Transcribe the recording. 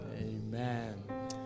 Amen